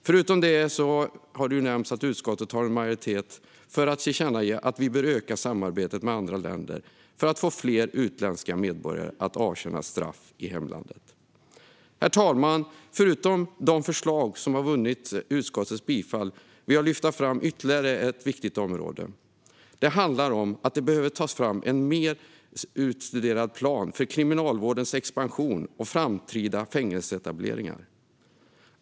Förutom dessa förslag har det nämnts att det i utskottet finns en majoritet för att tillkännage att vi bör öka samarbetet med andra länder för att få fler utländska medborgare att avtjäna straff i hemlandet. Herr talman! Förutom de förslag som enligt utskottet ska vinna bifall vill jag lyfta fram ytterligare ett viktigt område. Det handlar om att det behöver tas fram en mer genomtänkt plan för Kriminalvårdens expansion och framtida fängelseetableringar.